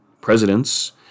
presidents